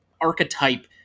archetype